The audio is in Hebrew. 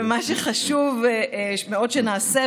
ומה שחשוב מאוד שנעשה,